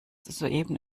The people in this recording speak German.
soeben